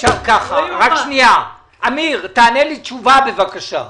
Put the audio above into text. תענה לי בבקשה תשובה.